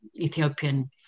Ethiopian